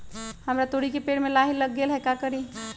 हमरा तोरी के पेड़ में लाही लग गेल है का करी?